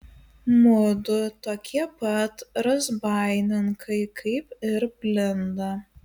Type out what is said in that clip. mudu tokie pat razbaininkai kaip ir blinda